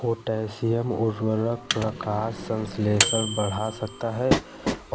potassium उवर्रक प्रकाश संश्लेषण बढ़ा सकता है